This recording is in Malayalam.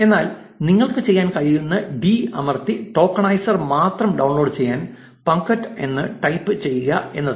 എന്നാൽ നിങ്ങൾക്ക് ചെയ്യാൻ കഴിയുന്നത് ഡി അമർത്തി ടോക്കനൈസർ മാത്രം ഡൌൺലോഡ് ചെയ്യാൻ പങ്ക്ത്ത് punkt എന്ന് ടൈപ്പ് ചെയ്യുക എന്നതാണ്